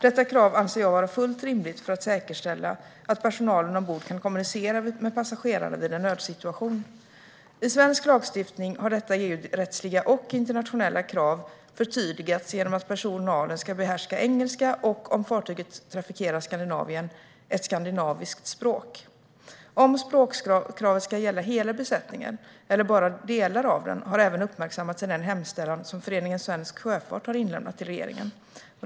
Detta krav anser jag vara fullt rimligt för att säkerställa att personalen ombord kan kommunicera med passagerarna vid en nödsituation. I svensk lagstiftning har detta EU-rättsliga och internationella krav förtydligats genom att personalen ska behärska engelska och, om fartyget trafikerar Skandinavien, ett skandinaviskt språk. Om språkkravet ska gälla hela besättningen eller bara delar av den har även uppmärksammats i den hemställan som Föreningen Svensk Sjöfart har inlämnat till regeringen.